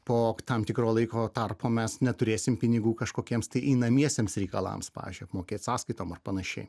po tam tikro laiko tarpo mes neturėsime pinigų kažkokiems tai einamiesiems reikalams pavyzdžiui apmokėt sąskaitom ar pan